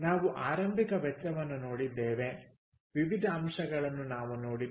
ನಾವು ಆರಂಭಿಕ ವೆಚ್ಚವನ್ನು ನೋಡಿದ್ದೇವೆ ವಿವಿಧ ಅಂಶಗಳನ್ನು ನಾವು ನೋಡಿದ್ದೇವೆ